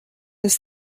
ist